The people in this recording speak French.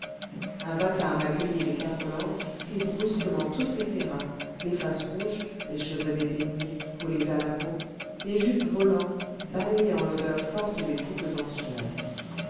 un vacarme accueillit les quatre lampes et brusquement tout s'éclaira les faces rouges les cheveux dépeignés collés à la peau les jupes volantes balayant l'odeur forte des couples en sueur